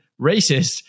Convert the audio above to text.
racist